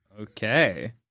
Okay